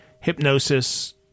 hypnosis